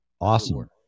Awesome